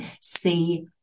see